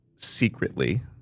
secretly